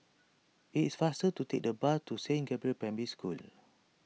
it is faster to take the bus to Saint Gabriel's Primary School